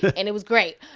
but and it was great.